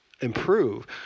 improve